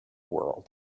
world